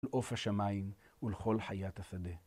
‫לעוף השמיים ולכל חיית השדה.